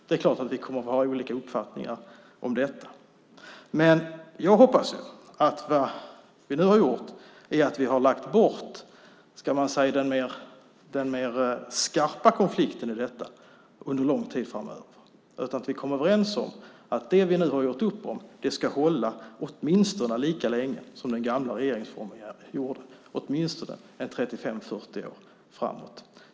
Det är klart att vi kommer att ha olika uppfattningar om detta. Men jag hoppas att det som vi nu har gjort är att vi har lagt undan den mer skarpa konflikten i detta under lång tid framöver. Vi har kommit överens om att det som vi nu har gjort upp om ska hålla åtminstone lika länge som den gamla regeringsformen, åtminstone 35-40 år framåt.